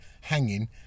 hanging